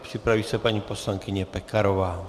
Připraví se paní poslankyně Pekarová.